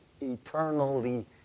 eternally